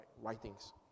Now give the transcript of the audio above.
writings